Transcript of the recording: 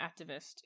activist